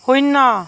শূন্য